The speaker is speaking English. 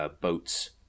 boats